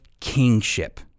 kingship